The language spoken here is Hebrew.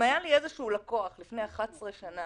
אם היה לי איזשהו לקוח לפני 11 שנים